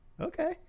okay